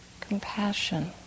compassion